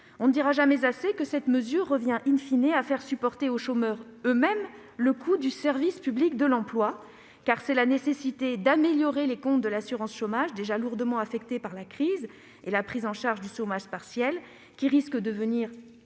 On ne soulignera jamais assez que cette mesure revient,, à faire supporter par les chômeurs eux-mêmes le coût du service public de l'emploi. Ainsi, la nécessité d'améliorer les comptes de l'assurance chômage, déjà lourdement affectés par la crise et la prise en charge du chômage partiel, risque, demain, de